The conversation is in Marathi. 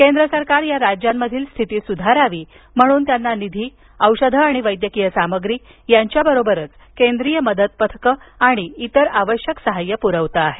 केंद्र सरकार या राज्यांमधील स्थिती सुधारावी म्हणून त्यांना निधी औषधे आणि वैद्यकीय सामग्री यांच्याबरोबरच केंद्रीय मदत पथक आणि इतर आवश्यक सहाय प्रवत आहे